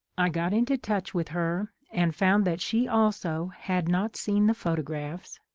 i got into touch with her and found that she also had not seen the photographs,